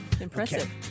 Impressive